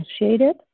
initiated